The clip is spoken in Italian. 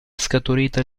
scaturita